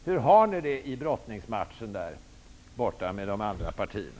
Hur har ni det i brottningsmatchen med de andra partierna?